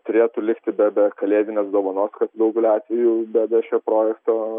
turėtų likti be be kalėdinės dovanos kas daugeliu atvejų be be šio projekto